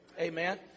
Amen